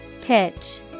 Pitch